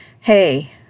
hey